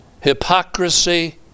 hypocrisy